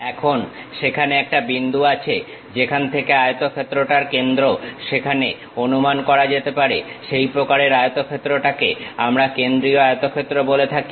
এখন সেখানে একটা বিন্দু আছে যেখান থেকে আয়তক্ষেত্রটার কেন্দ্র সেখানে অনুমান করা যেতে পারে সেই প্রকারের আয়তক্ষেত্রটাকে আমরা কেন্দ্রীয় আয়তক্ষেত্র বলে থাকি